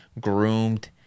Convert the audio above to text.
groomed